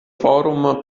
forum